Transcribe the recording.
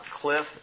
Cliff